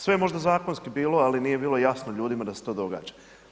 Sve je možda zakonski bilo ali nije bilo jasno ljudima da se to događa.